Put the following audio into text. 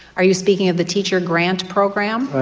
are you speaking of the teacher grant program? right